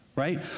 Right